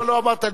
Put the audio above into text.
למה לא אמרת לי,